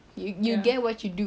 you get what you do